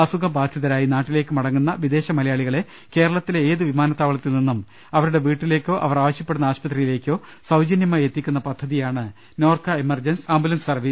അസുഖബാധിതരായി നാട്ടിലേക്ക് മട ങ്ങുന്ന വിദേശ മലയാളികളെ കേരളത്തിലെ ഏത് വിമാനത്താവളത്തിൽ നിന്നും അവരുടെ വീട്ടിലേക്കോ അവർ ആവശ്യപ്പെടുന്ന ആശുപത്രിയി ലേക്കോ സൌജന്യമായി എത്തിക്കുന്ന പദ്ധതിയാണ് നോർക്ക എമർജൻസി ആംബുലൻസ് സ്ർവീസ്